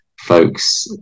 folks